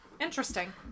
Interesting